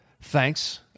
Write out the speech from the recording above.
Thanks